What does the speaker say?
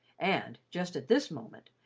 and, just at this moment,